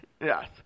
Yes